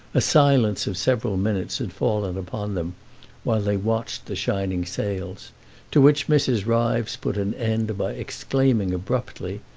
a silence of several minutes had fallen upon them while they watched the shining sails to which mrs. ryves put an end by exclaiming abruptly,